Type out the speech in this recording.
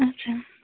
اچھا